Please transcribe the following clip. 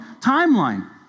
timeline